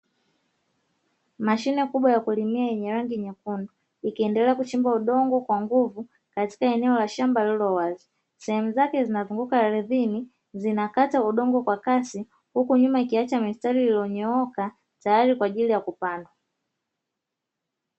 Mashine kubwa ya kulimia yenye rangi nyekundu ikiendelea kuchimba udongo kwa nguvu katika eneo la shamba lililo wazi. Sehemu zake zinazunguka ardhini, zinakata udongo kwa kasi huku nyuma ikiacha mistari iliyonyooka tayari kwa ajili ya kupanda.